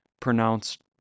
pronounced